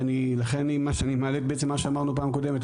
לכן מה שאני מעלה זה בעצם מה שאמרנו בפעם הקודמת,